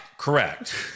Correct